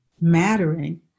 mattering